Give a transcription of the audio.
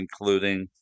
including